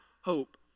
hope